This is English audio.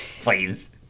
Please